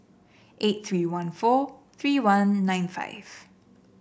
eight three one four three one nine five